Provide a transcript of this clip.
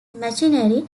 machinery